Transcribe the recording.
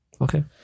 Okay